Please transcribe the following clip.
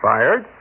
Fired